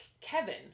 Kevin